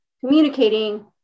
communicating